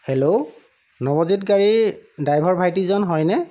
hello Nabajit গাড়ী driver ভাইটিজন হয়নে